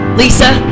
lisa